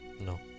No